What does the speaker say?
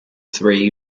three